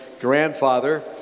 grandfather